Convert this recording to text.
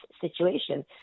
situation